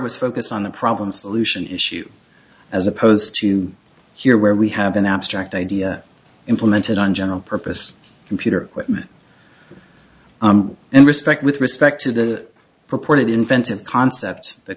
was focus on the problem solution issue as opposed to here where we have an abstract idea implemented on general purpose computer equipment and respect with respect to the purported invented concept the